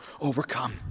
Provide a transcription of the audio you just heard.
overcome